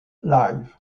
live